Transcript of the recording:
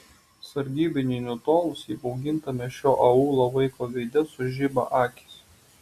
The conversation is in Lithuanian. sargybiniui nutolus įbaugintame šio aūlo vaiko veide sužiba akys